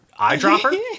eyedropper